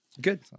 Good